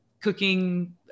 cooking